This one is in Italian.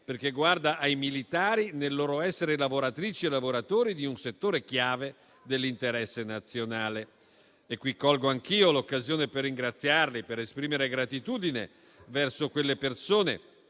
perché guarda ai militari nel loro essere lavoratrici e lavoratori di un settore chiave dell'interesse nazionale. Colgo quindi anch'io l'occasione per ringraziarli e per esprimere gratitudine verso quelle persone